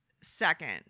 second